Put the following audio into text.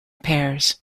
pairs